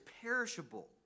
perishable